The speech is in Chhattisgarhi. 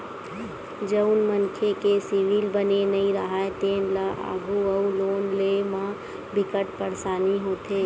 जउन मनखे के सिविल बने नइ राहय तेन ल आघु अउ लोन लेय म बिकट परसानी होथे